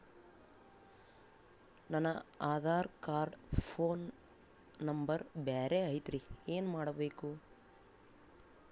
ನನ Aadhaar card phone number ಬ್ಯಾರೆ ಐತ್ರಿ ಏನ ಮಾಡಬೇಕು?